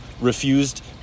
refused